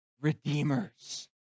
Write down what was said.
redeemers